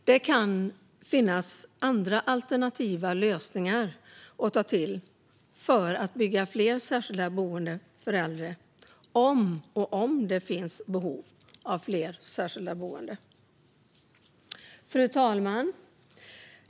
Det kan finnas alternativa lösningar att ta till för att bygga fler särskilda boenden för äldre om det finns behov av fler särskilda boenden. Fru talman!